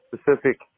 specific